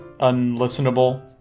unlistenable